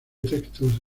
textos